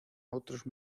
otros